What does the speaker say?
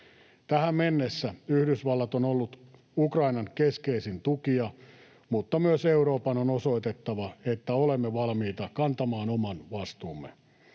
Tähän mennessä Yhdysvallat on ollut Ukrainan keskeisin tukija, mutta myös Euroopan on osoitettava, että olemme valmiita kantamaan oman vastuumme.